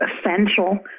essential